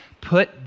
put